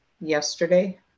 yesterday